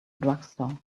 drugstore